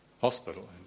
hospital